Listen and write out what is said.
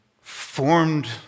formed